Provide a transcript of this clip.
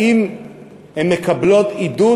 האם הן מקבלות עידוד?